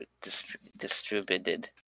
distributed